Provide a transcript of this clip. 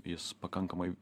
jis pakankamai